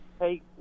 Hey